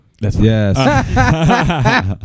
Yes